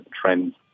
trends